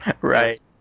Right